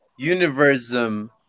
Universum